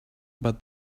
but